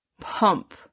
pump